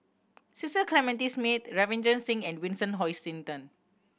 Cecil Clementi Smith Ravinder Singh and Vincent Hoisington